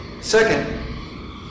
Second